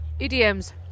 EDMs